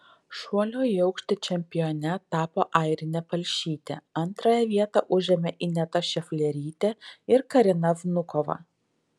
šuolio į aukštį čempione tapo airinė palšytė antrąją vietą užėmė ineta šeflerytė ir karina vnukova